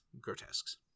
grotesques